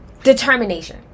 determination